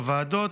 בוועדות,